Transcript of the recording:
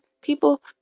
people